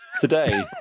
today